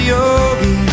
Yogi